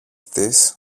της